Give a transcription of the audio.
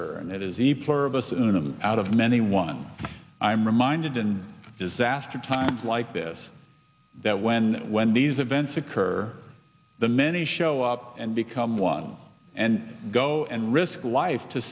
unum out of many one i'm reminded in disaster times like this that when when these events occur the many show up and become one and go and risk life to